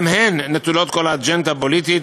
גם הן נטולות כל אג'נדה פוליטית,